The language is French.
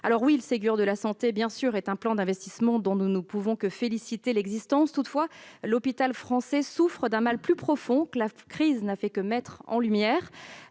Certes, le Ségur de la santé a débouché sur un plan d'investissement dont nous ne pouvons que nous féliciter. Toutefois, l'hôpital français souffre d'un mal plus profond que la crise n'a fait que mettre en lumière.